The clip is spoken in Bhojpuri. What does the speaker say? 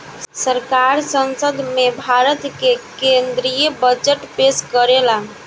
सरकार संसद में भारत के केद्रीय बजट पेस करेला